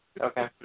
Okay